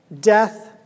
death